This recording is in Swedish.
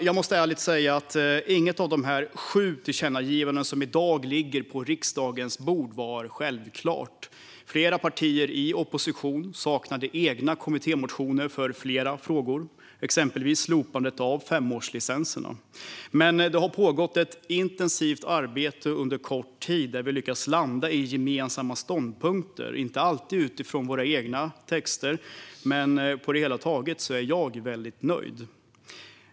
Jag måste ärligt säga att inget av de sju tillkännagivanden som i dag ligger på riksdagens bord var självklart. Flera partier i opposition saknade egna kommittémotioner för flera frågor, exempelvis slopandet av femårslicenserna. Men det har pågått ett intensivt arbete under kort tid där vi lyckats landa i gemensamma ståndpunkter. Det har inte alltid varit utifrån våra egna texter, men på det hela taget är jag väldigt nöjd.